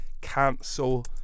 cancel